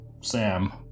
Sam